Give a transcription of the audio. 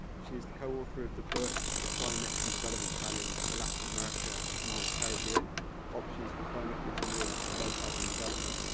she is the co-author of the book the climate and development challenge for latin america and the caribbean options for climate-resilient low-carbon development.